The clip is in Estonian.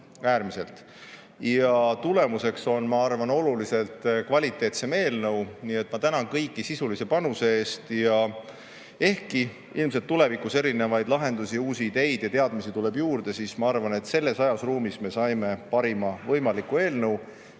Ja tulemus on, ma arvan, oluliselt kvaliteetsem eelnõu. Nii et ma tänan kõiki sisulise panuse eest. Ja ehkki tuleb tulevikus ilmselt juurde erinevaid lahendusi, uusi ideid ja teadmisi, siis ma arvan, et selles ajas-ruumis me saime parima võimaliku eelnõu,